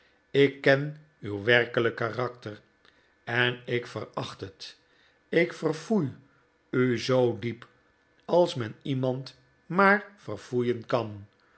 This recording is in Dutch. ik ken uw werkelijke karakter en ik veracht het ik verfoei u zoo diep als men iemand maar verfoeien kan